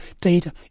data